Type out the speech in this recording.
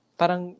parang